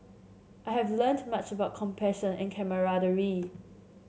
I have learned much about compassion and camaraderie